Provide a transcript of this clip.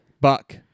Buck